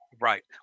Right